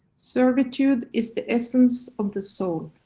servitude is the essence of the soul.